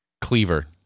Cleaver